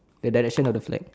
the direction of the flag